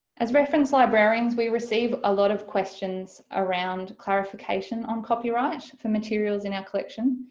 as reference librarians we receive a lot of questions around clarification on copyright for materials in our collection.